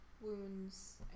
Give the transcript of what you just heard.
wounds